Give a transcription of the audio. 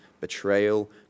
betrayal